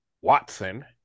Watson